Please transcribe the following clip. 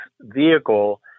vehicle